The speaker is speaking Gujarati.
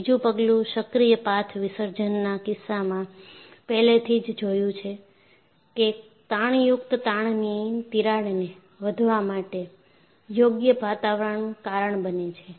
ત્રીજુ પગલુસક્રિય પાથ વિસર્જનના કિસ્સામાં પહેલેથી જ જોયું છે કે તાણયુક્ત તાણની તિરાડને વધવા માટે યોગ્ય વાતાવરણ કારણ બને છે